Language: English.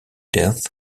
death